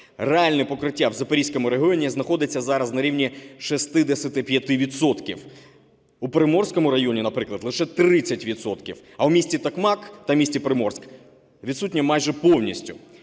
Реальне покриття в Запорізькому регіоні знаходиться зараз на рівні 65 відсотків, у Приморському районі, наприклад, лише 30 відсотків, а у місті Токмак та місті Приморськ відсутнє майже повністю.